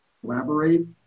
collaborate